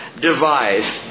devised